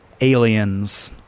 aliens